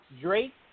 Drake